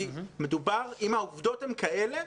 כי אם העובדות הן כאלה,